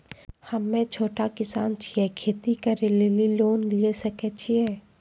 हम्मे छोटा किसान छियै, खेती करे लेली लोन लिये सकय छियै?